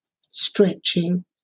stretching